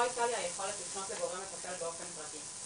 היתה לי היכולת לפנות לגורם מטפל באופן פרטי.